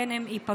פן הן ייפגעו.